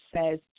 says